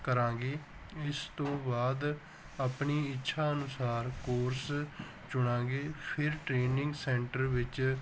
ਕਰਾਂਗੇ ਇਸ ਤੋਂ ਬਾਅਦ ਆਪਣੀ ਇੱਛਾ ਅਨੁਸਾਰ ਕੋਰਸ ਚੁਣਾਂਗੇ ਫਿਰ ਟ੍ਰੇਨਿੰਗ ਸੈਂਟਰ ਵਿੱਚ